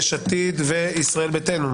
יש עתיד וישראל ביתנו.